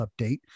update